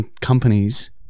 Companies